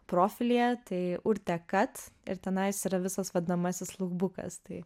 profilyje tai urtė kat ir tenais yra visas vadinamasis luk bukas tai